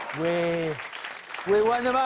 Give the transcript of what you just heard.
we we won